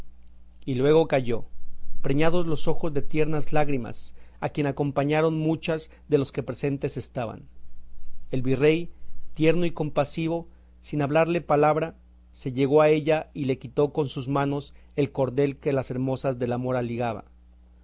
y luego calló preñados los ojos de tiernas lágrimas a quien acompañaron muchas de los que presentes estaban el virrey tierno y compasivo sin hablarle palabra se llegó a ella y le quitó con sus manos el cordel que las hermosas de la mora ligaba